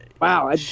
Wow